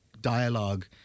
dialogue